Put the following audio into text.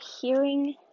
hearing